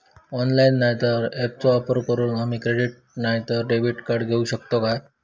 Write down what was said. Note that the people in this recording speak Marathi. ऑनलाइन नाय तर ऍपचो वापर करून आम्ही क्रेडिट नाय तर डेबिट कार्ड घेऊ शकतो का?